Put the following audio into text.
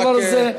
הדבר הזה,